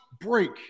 break